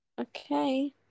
Okay